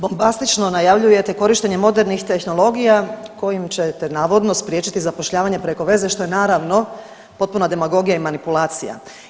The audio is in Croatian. Bombastično najavljujete korištenje modernih tehnologija kojim ćete navodno spriječiti zapošljavanje preko veze što je naravno potpuna demagogija i manipulacija.